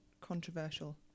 controversial